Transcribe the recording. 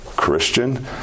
Christian